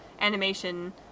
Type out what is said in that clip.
animation